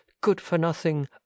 good-for-nothing